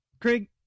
Craig